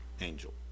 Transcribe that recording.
angel